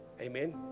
amen